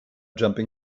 jumping